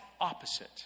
opposite